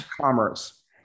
Commerce